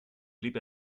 blieb